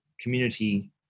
community